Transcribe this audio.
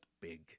big